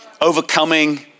Overcoming